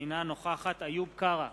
אינה נוכחת איוב קרא,